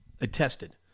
attested